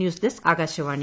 news desk Akashvani